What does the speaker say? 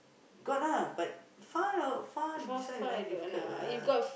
got ah but far far that's why very difficult lah